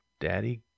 daddy